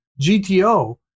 GTO